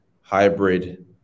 hybrid